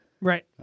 Right